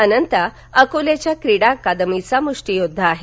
अनंता अकोल्याच्या क्रीडा अकादमीचा मुष्टीयोद्धा आहे